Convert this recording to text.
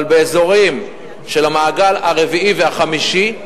אבל באזורים של המעגל הרביעי והחמישי,